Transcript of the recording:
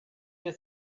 you